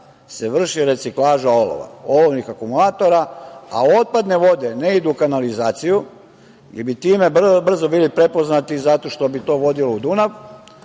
se vrše reciklaža olova, olovnih akumulatora, a otpadne vode ne idu u kanalizaciju, jer bi time bili brzo prepoznati zato što bi to vodilo u Dunav,